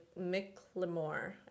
Mclemore